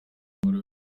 inkuru